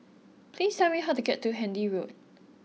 please tell me how to get to Handy Road